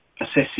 assessing